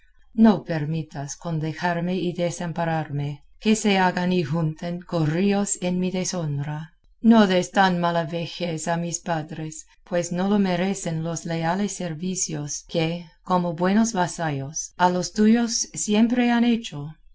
no permitas con dejarme y desampararme que se hagan y junten corrillos en mi deshonra no des tan mala vejez a mis padres pues no lo merecen los leales servicios que como buenos vasallos a los tuyos siempre han hecho